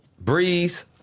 Breeze